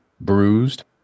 bruised